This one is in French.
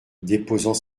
déposant